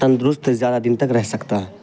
تندرست زیادہ دن تک رہ سکتا ہے